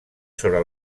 sobre